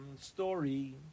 story